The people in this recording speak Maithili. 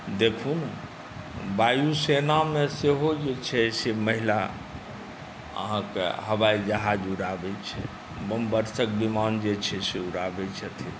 देखू वायुसेनामे सेहो जे छै से महिला अहाँकेँ हवाईजहाज़ उड़ाबैत छथि बमवर्षक विमान जे छै से उड़ाबैत छथिन